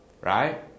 Right